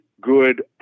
good